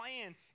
plan